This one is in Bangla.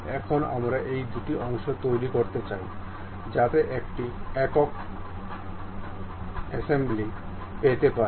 এখন আমরা এই দুটি অংশ তৈরি করতে চাই যাতে একটি একক সমাবেশ পেতে পারি